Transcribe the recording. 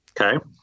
okay